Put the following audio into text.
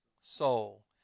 soul